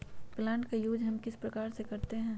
Plant का use हम किस प्रकार से करते हैं?